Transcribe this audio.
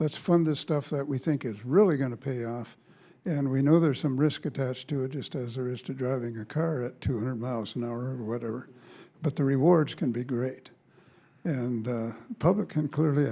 let's fund this stuff that we think is really going to pay off and we know there's some risk attached to it just as there is to driving a car at two hundred miles an hour or whatever but the rewards can be great and public can cl